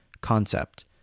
concept